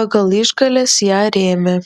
pagal išgales ją rėmė